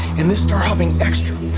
in this star hopping extra,